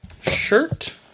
shirt